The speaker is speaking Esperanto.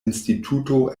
instituto